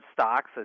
stocks